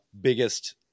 biggest